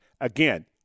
Again